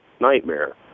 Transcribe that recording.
nightmare